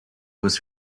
was